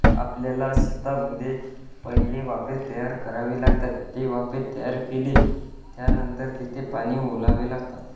आपल्याला शेतामध्ये पहिले वाफे तयार करावे लागतात ते वाफे तयार केले त्यानंतर तिथे पाणी ओलावे लागतात